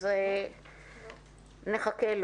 אז קודם כל